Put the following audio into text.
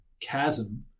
chasm